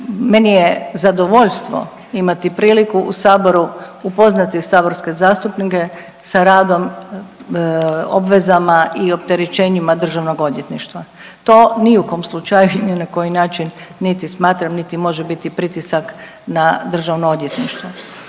Meni je zadovoljstvo imati priliku u Saboru upoznati saborske zastupnike sa radom, obvezama i opterećenjima DORH-a. To ni u kom slučaju ni na koji način niti smatram niti može biti biti pritisak na državno odvjetništvo.